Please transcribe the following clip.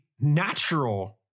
natural